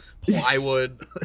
plywood